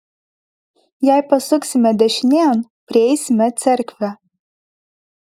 jei pasuksime dešinėn prieisime cerkvę